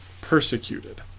persecuted